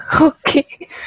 Okay